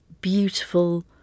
beautiful